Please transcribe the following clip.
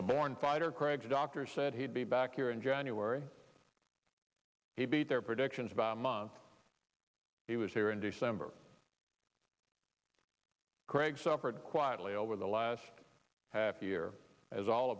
a born fighter craig's doctor said he'd be back here in january he beat their predictions about a month he was here in december craig suffered quietly over the last half year as all